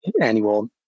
annual